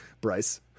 Bryce